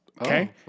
okay